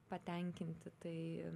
patenkinti tai